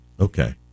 Okay